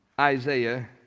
Isaiah